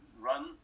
run